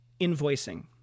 invoicing